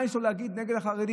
מה יש לו להגיד נגד החרדים,